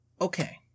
Okay